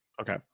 Okay